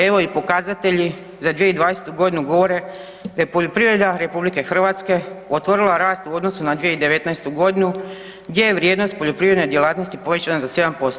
Evo i pokazatelji za 2020.-tu godinu govore da je poljoprivreda RH otvorila rast u odnosu na 2019. godinu gdje je vrijednost poljoprivredne djelatnosti povećana za 7%